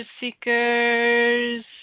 seekers